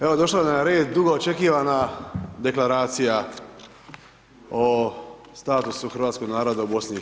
Evo došlo je na red dugo očekivana Deklaracija o statusu hrvatskog naroda u BiH.